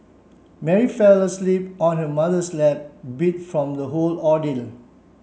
Mary fell asleep on her mother's lap beat from the whole ordeal